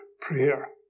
prayer